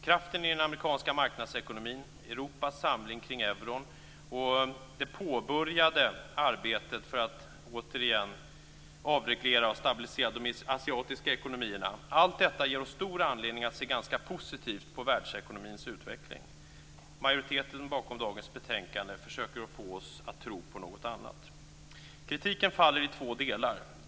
Kraften i den amerikanska marknadsekonomin, Europas samling kring euron och det påbörjade arbetet för att återigen avreglera och stabilisera de asiatiska ekonomierna, ger oss stor anledning att se ganska positivt på världsekonomins utveckling. Majoriteten bakom dagens betänkande försöker att få oss att tro något annat. Kritiken faller i två delar.